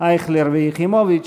אייכלר ויחימוביץ,